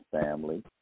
family